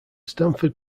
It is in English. stanford